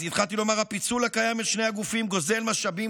אז התחלתי לומר: הפיצול הקיים בין שני הגופים גוזל משאבים